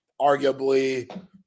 arguably